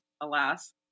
Alas